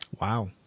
Wow